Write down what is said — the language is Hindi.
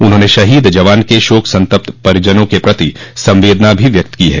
उन्होंने शहीद जवान के शोक संतप्त परिजनों के प्रति संवदेना भी व्यक्त की है